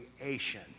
creation